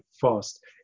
fast